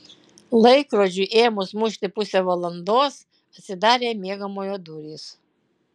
laikrodžiui ėmus mušti pusę valandos atsidarė miegamojo durys